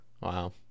Wow